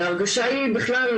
בכלל,